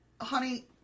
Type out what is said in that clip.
Honey